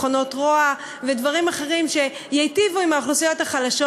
מכונות רוע ודברים אחרים שייטיבו עם האוכלוסיות החלשות,